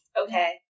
Okay